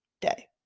day